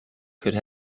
could